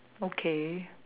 okay